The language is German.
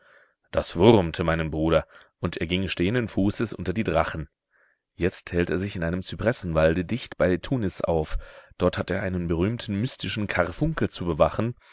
das wurmte meinen bruder und er ging stehenden fußes unter die drachen jetzt hält er sich in einem zypressenwalde dicht bei tunis auf dort hat er einen berühmten mystischen karfunkel zu bewachen